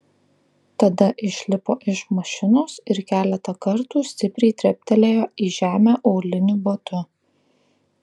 tada išlipo iš mašinos ir keletą kartų stipriai treptelėjo į žemę auliniu batu